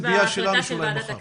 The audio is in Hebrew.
תלוי בהחלטה של וועדת כנסת.